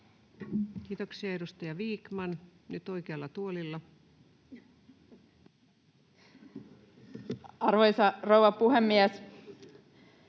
Kiitoksia. — Edustaja Vikman, nyt oikealla tuolilla. Arvoisa rouva puhemies!